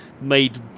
made